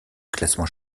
classement